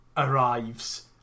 arrives